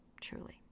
Truly